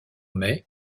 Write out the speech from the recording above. mai